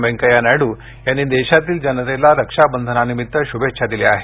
वेकैय्या नायडू यांनी देशातील जनतेला रक्षाबंधनानिमित्त शुभेच्छा दिल्या आहेत